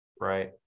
Right